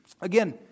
again